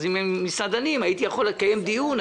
עם המסעדנים הייתי יכול לקיים דיון,